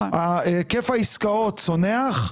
היקף העסקאות צונח.